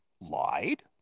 lied